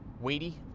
weighty